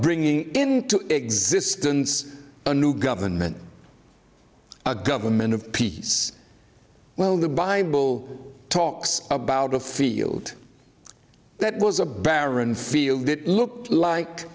bringing into existence a new government a government of peace well the bible talks about a field that was a barren field that looked like